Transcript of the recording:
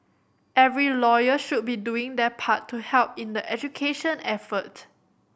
every lawyer should be doing their part to help in the education effort